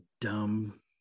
dumb